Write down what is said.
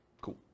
Cool